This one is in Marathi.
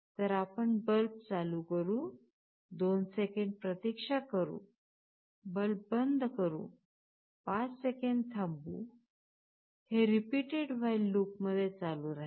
तर आपण बल्ब चालू करू 2 सेकंद प्रतीक्षा करू बल्ब बंद करू 5 सेकंद थांबू हे रीपीटेड while लूपमध्ये चालू राहील